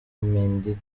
meddie